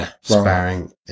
sparing